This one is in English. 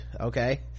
okay